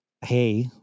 Hey